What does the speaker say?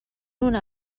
una